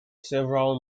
several